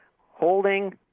holding